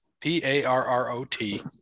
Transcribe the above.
P-A-R-R-O-T